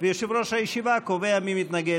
ויושב-ראש הישיבה קובע מי מתנגד.